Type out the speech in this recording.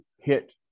hit